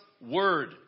word